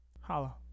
Holla